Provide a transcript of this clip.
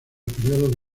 periodo